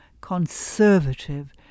conservative